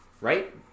right